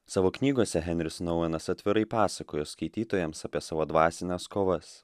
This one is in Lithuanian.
savo knygose henris nouenas atvirai pasakojo skaitytojams apie savo dvasines kovas